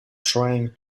trying